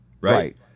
right